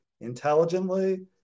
intelligently